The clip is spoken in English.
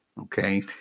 okay